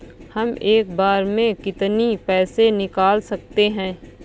हम एक बार में कितनी पैसे निकाल सकते हैं?